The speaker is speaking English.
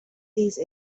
these